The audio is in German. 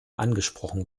angesprochen